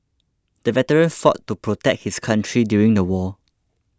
the veteran fought to protect his country during the war